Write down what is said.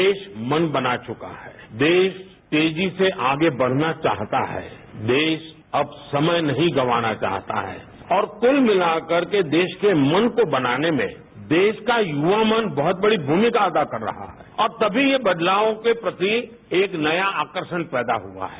देश मन बना चुका है देश तेजी से आगे बढ़ना चाहता है देश अब समय नहीं गवाना चाहता है और कल मिला करके देश के मन को बनाने में देश का युवा मन बहत बड़ी भुमिका अदा कर रहा है और तभी यह बदलाव के प्रति एक नया आकर्षण पैदा हो रहा है